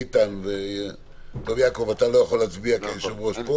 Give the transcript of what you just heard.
איתן - ר' יעקב אתה לא יכול להצביע כי היושב ראש כאן